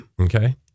Okay